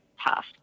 tough